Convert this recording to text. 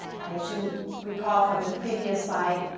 as you recall from the previous slide,